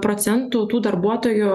procentų tų darbuotojų